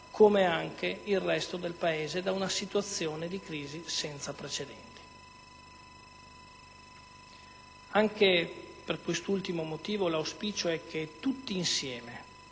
come anche il resto del Paese, da una situazione di crisi senza precedenti. Anche per quest'ultimo motivo l'auspicio è che tutti insieme,